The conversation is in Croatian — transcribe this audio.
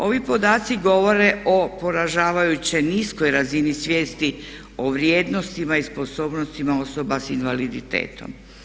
Ovi podaci govore o poražavajuće niskoj razini svijesti o vrijednostima i sposobnostima osoba s invaliditetom.